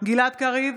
גלעד קריב,